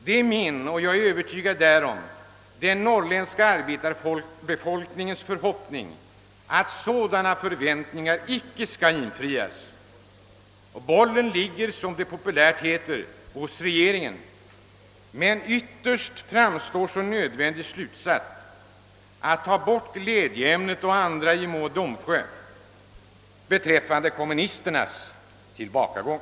Det är min och — jag är övertygad därom — den norrländska arbetarbefolkningens förhoppning att sådana förväntningar inte skall infrias. Bollen ligger, som det populärt heter, hos regeringen. Men ytterst framstår som en nödvändig slutsats att ta bort glädjeämnet för Mo och Domsjö och andra beträffande kommunisternas tillbakagång.